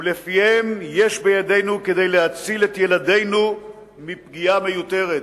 ולפיהם יש בידינו כדי להציל את ילדינו מפגיעה מיותרת,